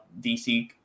DC